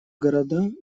города